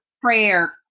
prayer